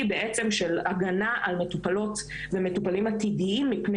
בעצם של הגנה על מטופלות ועל מטופלים עתידיים מפני